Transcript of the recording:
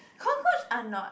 cockroach are not